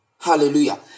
Hallelujah